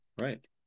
right